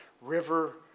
river